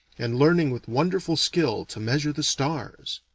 and learning with wonderful skill to measure the stars.